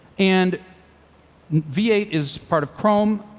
and v eight is part of chrome.